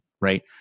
right